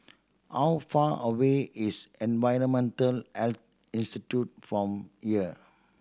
how far away is Environmental Health Institute from here